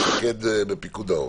מפקד בפיקוד העורף,